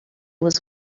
was